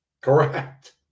Correct